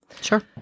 Sure